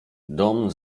dom